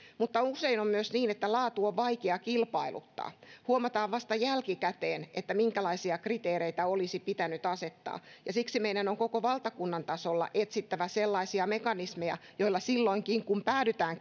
mutta usein on myös niin että laatua on vaikea kilpailuttaa huomataan vasta jälkikäteen minkälaisia kriteereitä olisi pitänyt asettaa ja siksi meidän on koko valtakunnan tasolla etsittävä sellaisia mekanismeja joilla silloinkin kun päädytään